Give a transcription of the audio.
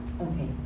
Okay